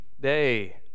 day